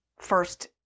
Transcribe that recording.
first